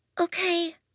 Okay